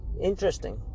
interesting